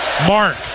Mark